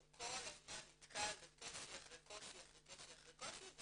הוא כל הזמן נתקל בקושי אחרי קושי אחרי קושי.